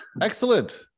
Excellent